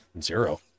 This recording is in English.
zero